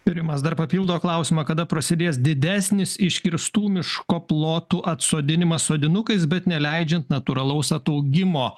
rimas dar papildo klausimą kada prasidės didesnis iškirstų miško plotų atsodinimas sodinukais bet neleidžiant natūralaus ataugimo